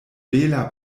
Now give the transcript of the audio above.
bela